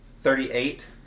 thirty-eight